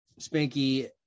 spanky